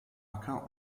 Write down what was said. acker